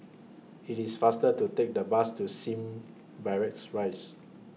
IT IS faster to Take The Bus to SIM Barracks Rise